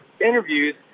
interviews